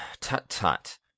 Tut-tut